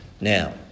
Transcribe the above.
Now